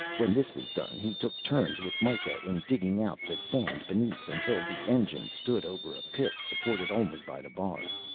when this was done he took turns with mikah in digging out the sand beneath until the engine stood over a pit supported only by the bars.